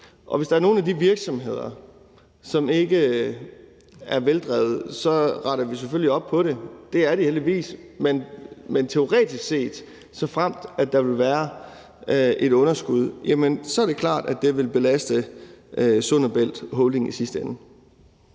hvis der er nogle af de virksomheder, som ikke er veldrevede, så retter vi selvfølgelig op på det. Det er de heldigvis, men såfremt der teoretisk set ville være et underskud, er det klart, at det ville belaste Sund & Bælt Holding i sidste ende.